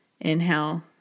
Inhale